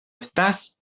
estás